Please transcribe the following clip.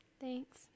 Thanks